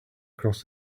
across